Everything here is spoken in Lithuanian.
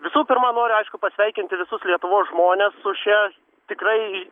visų pirma noriu aišku pasveikinti visus lietuvos žmones su šia tikrai